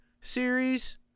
series